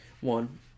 one